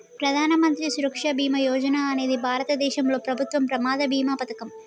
ప్రధాన మంత్రి సురక్ష బీమా యోజన అనేది భారతదేశంలో ప్రభుత్వం ప్రమాద బీమా పథకం